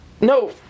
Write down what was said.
No